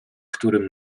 którym